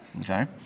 okay